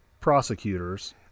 prosecutors